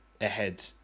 ahead